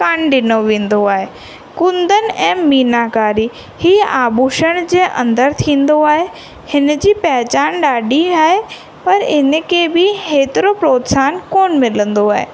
कान ॾिनो वेंदो आहे कुंदन ऐं मीनाकारी हीअ आभुषण जे अंदरि थींदो आहे हिन जी पहचान ॾाढी आहे पर इन खे बि हेतिरो प्रोत्साहन कोन मिलंदो आहे